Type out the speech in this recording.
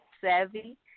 Savvy